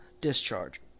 discharge